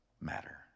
matter